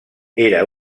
era